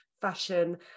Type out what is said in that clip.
fashion